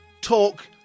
Talk